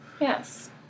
Yes